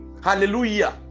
hallelujah